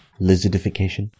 lizardification